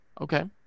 Okay